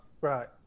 right